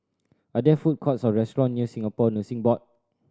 are there food courts or restaurant near Singapore Nursing Board